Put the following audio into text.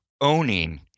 owning